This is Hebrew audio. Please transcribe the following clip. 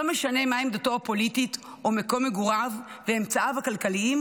לא משנה מה עמדתו הפוליטית או מקום מגוריו ואמצעיו הכלכליים,